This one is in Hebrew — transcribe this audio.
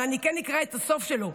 אבל אני כן אקרא את הסוף שלו: